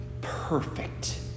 perfect